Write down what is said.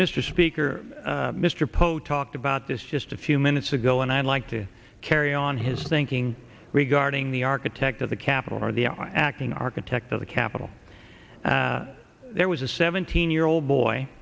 mr speaker mr polk talked about this just a few minutes ago and i'd like to carry on his thinking regarding the architect of the capitol or the acting architect of the capitol there was a seventeen year old boy